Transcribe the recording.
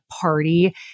party